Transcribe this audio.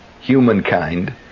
humankind